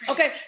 Okay